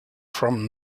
from